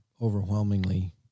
overwhelmingly